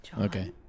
Okay